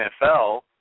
NFL